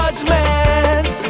Judgment